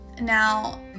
Now